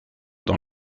dans